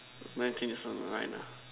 when team is online ah